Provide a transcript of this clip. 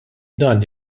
dan